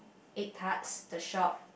egg tarts the shop